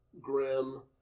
grim